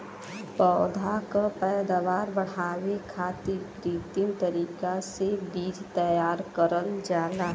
पौधा क पैदावार बढ़ावे खातिर कृत्रिम तरीका से बीज तैयार करल जाला